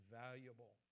valuable